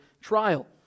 trial